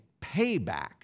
payback